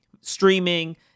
streaming